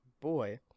boy